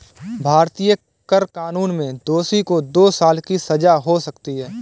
भारतीय कर कानून में दोषी को दो साल की सजा हो सकती है